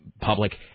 public